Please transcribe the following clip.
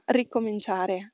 ricominciare